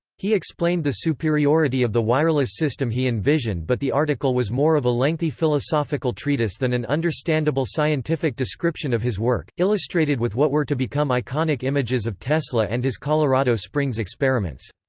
he explained the superiority of the wireless system he envisioned but the article was more of a lengthy philosophical treatise than an understandable scientific description of his work, illustrated with what were to become iconic images of tesla and his colorado springs experiments.